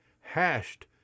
Hashed